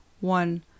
one